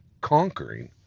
conquering